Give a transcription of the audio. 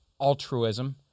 altruism